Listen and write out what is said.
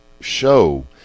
show